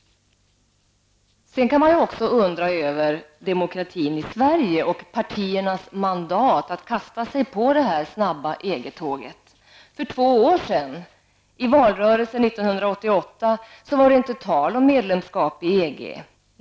Sedan kan man också undra över demokratin i Sverige och partiernas mandat att kasta sig på det snabba EG-tåget. För två år sedan, i valrörelsen 1988, var det inte tal om medlemskap i EG.